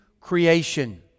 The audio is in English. creation